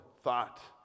thought